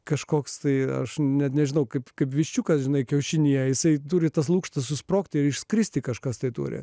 kažkoks tai aš net nežinau kaip kaip viščiukas žinai kiaušinyje jisai turi tas lukštas susprogti ir išskristi kažkas tai turi